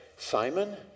Simon